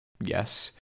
yes